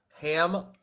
Ham